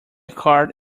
card